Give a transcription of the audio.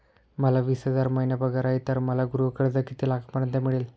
मला वीस हजार महिना पगार आहे तर मला गृह कर्ज किती लाखांपर्यंत मिळेल?